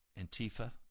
Antifa